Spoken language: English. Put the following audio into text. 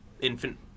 infant